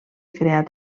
creat